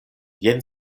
jen